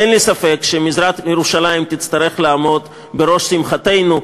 אין לי ספק שמזרח-ירושלים תצטרך לעמוד בראש שמחתנו,